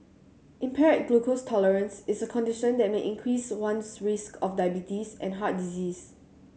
impaired glucose tolerance is a condition that may increase one's risk of diabetes and heart disease